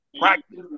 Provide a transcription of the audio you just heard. Practice